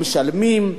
משלמים.